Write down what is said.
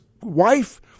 wife